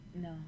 No